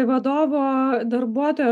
vadovo darbuotojo